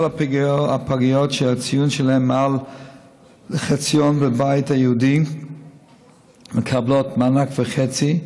כל הפגיות שהציון שלהן מעל חציון בבית הייעודי מקבלות מענק וחצי,